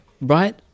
right